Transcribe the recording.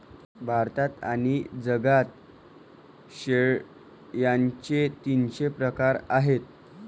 भारतात आणि जगात शेळ्यांचे तीनशे प्रकार आहेत